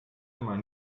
mein